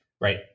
Right